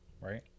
right